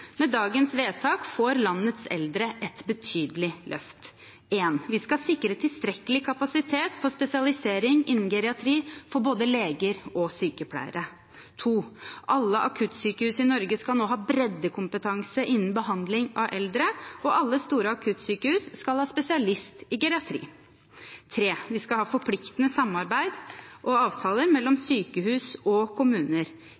Med dagens vedtak får landets eldre et betydelig løft: Vi skal sikre tilstrekkelig kapasitet for spesialisering innen geriatri for både leger og sykepleiere. Alle akuttsykehus i Norge skal nå ha breddekompetanse innen behandling av eldre, og alle store akuttsykehus skal ha spesialist i geriatri. Vi skal ha forpliktende samarbeidsavtaler mellom sykehus og